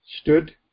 stood